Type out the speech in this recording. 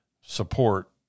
support